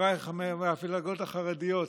חבריי מהמפלגות החרדיות,